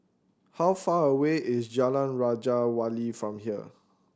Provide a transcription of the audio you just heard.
how far away is Jalan Raja Wali from here